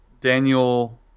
Daniel